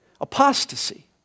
Apostasy